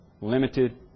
limited